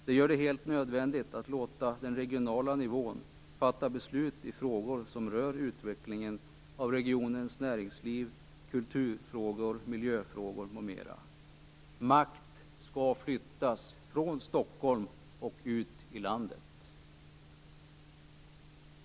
Det gör det helt nödvändigt att låta den regionala nivån fatta beslut i frågor som rör utvecklingen av regionens näringsliv, kulturfrågor, miljöfrågor m.m. Makt skall flyttas från Stockholm och ut i landet.